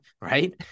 right